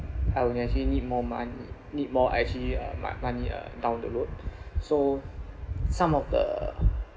I will actually need more money need more actually uh my money uh down the road so some of the